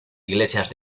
iglesias